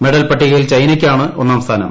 medal പട്ടികയിൽ ചൈനയ്ക്കാണ്ട് ഒന്നാം സ്ഥാനം